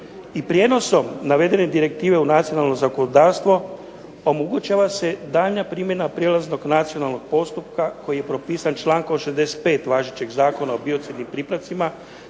prijenosom navedene direktive u nacionalno zakonodavstvo omogućava se daljnja primjena prijelaznog nacionalnog postupka koji je propisan čl. 65. važećeg Zakona o biocidnim pripravcima